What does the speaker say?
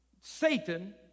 Satan